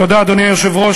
אדוני היושב-ראש,